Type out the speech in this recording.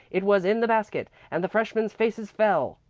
it was in the basket, and the freshmen's faces fell.